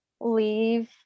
leave